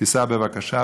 סע בבקשה.